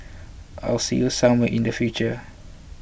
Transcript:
I'll see you somewhere in the future